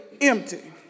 empty